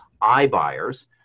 iBuyers